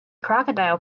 crocodile